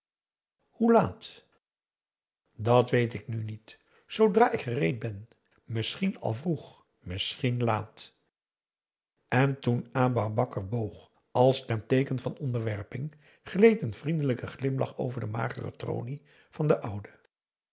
hoe laat dat weet ik nu niet zoodra ik gereed ben misschien al vroeg misschien laat en toen aboe bakar boog als ten teeken van onderwerping gleed een vriendelijke glimlach over de magere tronie van den ouden